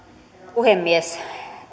puhemies